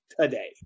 today